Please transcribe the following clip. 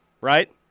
right